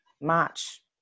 March